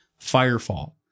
Firefall